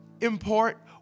import